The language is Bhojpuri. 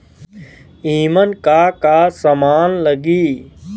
ईमन का का समान लगी?